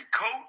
coach